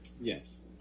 Yes